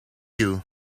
you